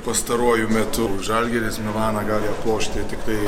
pastaruoju metu žalgiris milaną gali aplošti tiktai